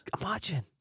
Imagine